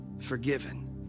forgiven